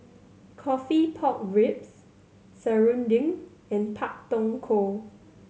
coffee pork ribs serunding and Pak Thong Ko